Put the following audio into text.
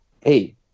Hey